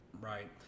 Right